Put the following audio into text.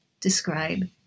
describe